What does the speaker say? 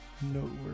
noteworthy